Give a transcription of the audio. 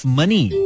money